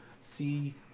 see